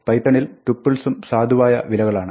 പൈത്തണിൽ ടുപ്പിൾസും സാധുവായ വിലകളാണ്